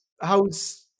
How's